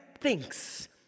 thinks